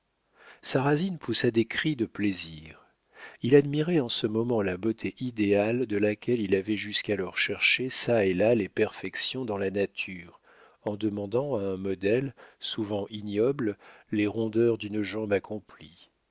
sarrasine poussa des cris de plaisir il admirait en ce moment la beauté idéale de laquelle il avait jusqu'alors cherché çà et là les perfections dans la nature en demandant à un modèle souvent ignoble les rondeurs d'une jambe accomplie